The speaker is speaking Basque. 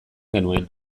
genuen